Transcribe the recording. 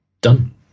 Done